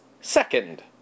second